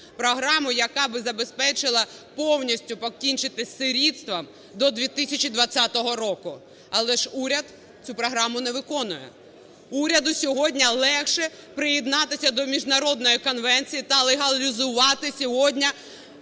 програму, яка б забезпечила повністю покінчити з сирітством до 2020 року, але ж уряд цю програму не виконує. Уряду сьогодні легше приєднатися до Міжнародної конвенції та легалізувати сьогодні